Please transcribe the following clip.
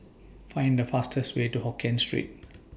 Find The fastest Way to Hokien Street